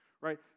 right